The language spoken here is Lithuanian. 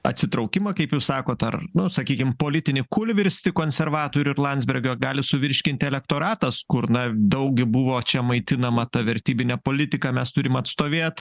atsitraukimą kaip jūs sakot ar nu sakykim politinį kūlvirstį konservatorių ir landsbergio gali suvirškinti elektoratas kur na daug gi buvo čia maitinama tą vertybinę politiką mes turim atstovėt